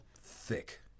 thick